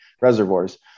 reservoirs